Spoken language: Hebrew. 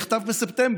הוא נכתב בספטמבר.